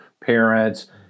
parents